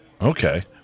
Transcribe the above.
okay